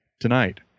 tonight